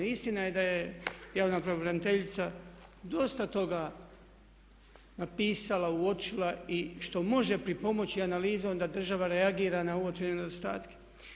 Istina je da je javna pravobraniteljica dosta toga napisala, uočila i što može pripomoći analizom da država reagira na uočene nedostatke.